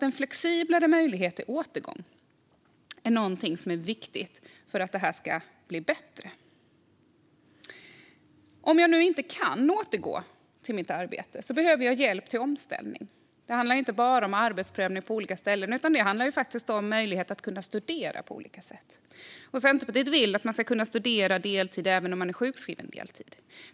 En flexiblare möjlighet till återgång är således viktigt för att det här ska bli bättre. Om man inte kan återgå till sitt arbete behöver man hjälp till omställning. Det handlar inte bara om arbetsprövning på olika ställen utan också om en möjlighet att kunna studera på olika sätt. Centerpartiet vill att man ska kunna studera deltid även om man är sjukskriven på deltid.